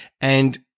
and-